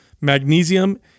magnesium